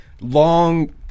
long